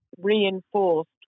Reinforced